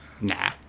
Nah